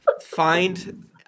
find